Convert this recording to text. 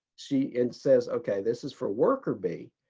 she and says, okay, this is for worker bee.